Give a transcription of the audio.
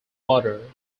water